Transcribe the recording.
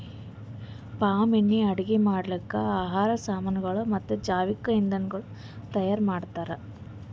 palm ಎಣ್ಣಿ ಅಡುಗಿ ಮಾಡ್ಲುಕ್, ಆಹಾರ್ ಸಾಮನಗೊಳ್ ಮತ್ತ ಜವಿಕ್ ಇಂಧನಗೊಳ್ ತೈಯಾರ್ ಮಾಡ್ತಾರ್